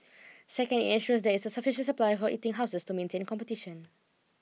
second it ensures there is a sufficient supply of eating houses to maintain competition